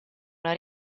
una